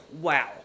wow